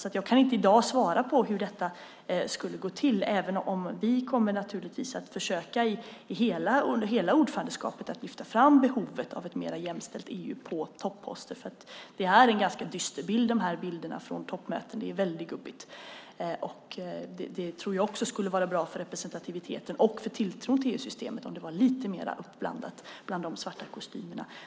Jag kan därför inte i dag svara på hur detta skulle gå till även om vi naturligtvis under hela ordförandeskapet kommer att försöka lyfta fram behovet av ett mer jämställt EU i fråga om topposter eftersom det är ganska dystra bilder från toppmötena där det är väldigt gubbigt. Jag tror att det också skulle vara bra för representativiteten och för tilltron till EU-systemet om det var lite mer uppblandat bland de svarta kostymerna.